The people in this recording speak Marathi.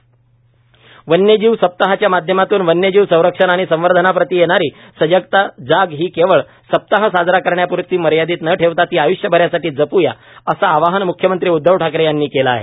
वन्यजीव सप्ताह वन्यजीव सप्ताहाच्या माध्यमातून वन्यजीव संरक्षण आणि संवर्धनाप्रती येणारी सजगता जाग ही केवळ सप्ताह साजरा करण्याप्रती मर्यादित न ठेवता ती आय्ष्यभरासाठी जप् या असं आवाहन म्ख्यमंत्री उद्धव ठाकरे यांनी केलं आहे